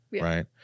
right